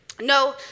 No